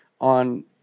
on